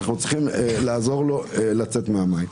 אנחנו צריכים לעזור לו לצאת מהמים.